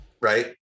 Right